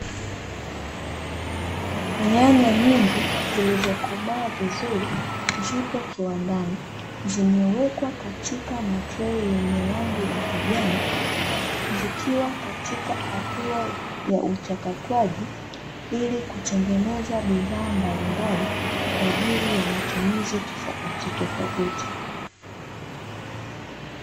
Nyanya nyingi zilizokomaa vizuri zipo kiwandani zimewekwa katika matrei yenye rangi ya kijani zikiwa katika hatua ya uchakatwaji ili kutengeneza bidhaa mbalimbali kwaajili ya matumizi tofautitofauti.